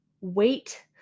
wait